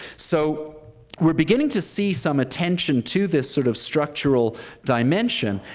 so we're beginning to see some attention to this sort of structural dimension.